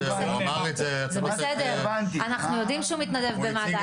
אנחנו יודעים שהוא מתנדב במד"א,